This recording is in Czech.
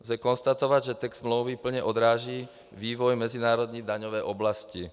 Lze konstatovat, že text smlouvy plně odráží vývoj mezinárodní daňové oblasti.